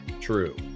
true